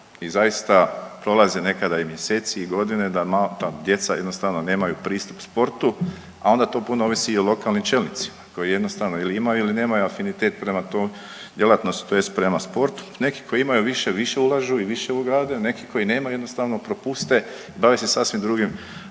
I zaista prolaze nekada i mjeseci i godine da djeca jednostavno nemaju pristup sportu, a onda tu puno ovisi i o lokalnim čelnicima koji jednostavno imaju ili nemaju afinitet prema toj djelatnosti tj. prema sportu. Neki koji imaju više, više ulažu i više ugrade, neki koji nemaju jednostavno propuste bave se sasvim drugima